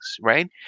Right